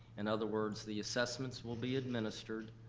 in other words, the assessments will be administered,